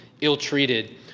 ill-treated